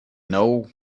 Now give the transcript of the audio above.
know